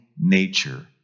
nature